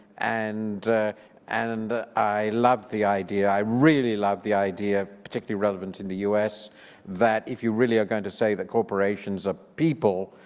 and and i loved the idea. i really love the idea particularly relevant in the us that if you really are going to say that corporations are people,